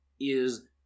is-